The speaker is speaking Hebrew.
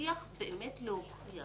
מצליח באמת להוכיח